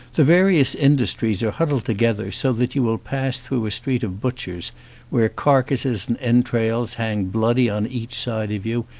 the various industries are hud dled together so that you will pass through a street of butchers where carcasses and entrails hang bloody on each side of you,